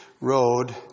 Road